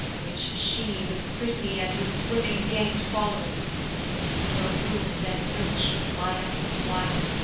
which she, with pretty and with swimming gait following her womb then rich with my young squire